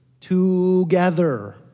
together